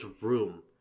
room